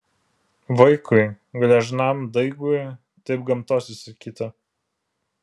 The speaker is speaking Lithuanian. vaikui gležnam daigui taip gamtos įsakyta